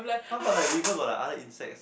!huh! but like river got like other insects